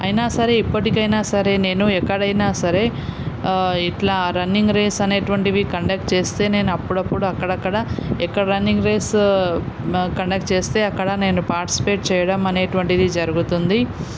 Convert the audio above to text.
అయినా సరే ఇప్పటికైనా సరే నేను ఎక్కడైనా సరే ఇట్లా రన్నింగ్ రేస్ అనేటువంటివి కండక్ట్ చేస్తే నేను అప్పుడప్పుడు అక్కడక్కడ ఎక్కడ రన్నింగ్ రేస్ కండక్ట్ చేస్తే అక్కడ నేను పార్టిసిపేట్ చేయడం అనేటటువంటిది జరుగుతుంది